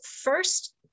first